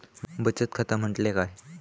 बचत खाता म्हटल्या काय?